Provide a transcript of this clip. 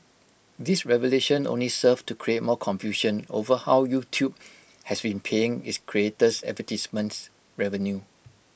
this revelation only served to create more confusion over how YouTube has been paying its creators advertisements revenue